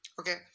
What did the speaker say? Okay